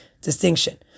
distinction